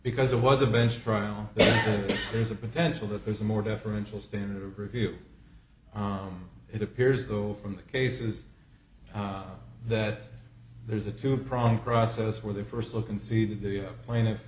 because it was a bench trial there's a potential that there's a more deferential standard of review it appears though from the cases that there's a two prong process where they first look and see the plaint